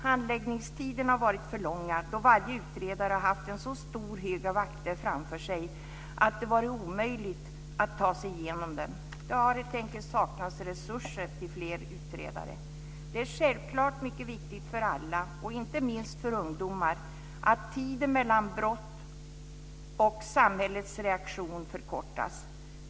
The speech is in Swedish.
Handläggningstiderna har varit för långa, då varje utredare har haft en så stor hög av akter framför sig att det varit omöjligt att ta sig igenom dem. Det har helt enkelt saknats resurser till fler utredare. Det är självklart mycket viktigt för alla, inte minst för ungdomar, att tiden mellan brott och samhällets reaktion förkortas.